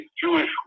Jewish